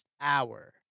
hour